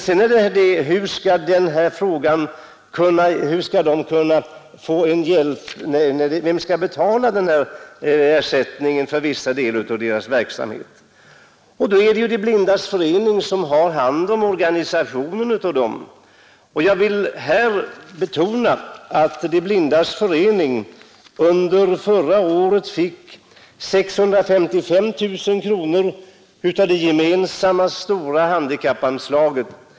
Men sedan är frågan vem som skall betala den föreslagna uppräkningen av anslaget under Kostnader för viss verksamhet för blinda. De dövblinda är organiserade i De blindas förening. Jag vill här betona att De blindas förening under förra året fick 655 000 kronor av det stora gemensamma handikappanslaget.